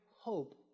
hope